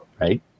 right